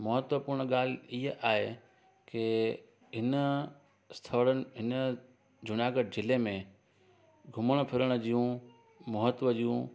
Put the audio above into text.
महत्वपूर्ण ॻाल्हि इहे आहे के इन थोड़नि इन जूनागढ़ जिले में घुमण फिरण जूं महत्व जूं